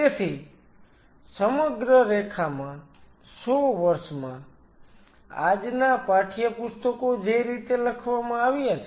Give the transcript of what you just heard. તેથી સમગ્ર રેખામાં 100 વર્ષમાં આજના પાઠ્યપુસ્તકો જે રીતે લખવામાં આવ્યા છે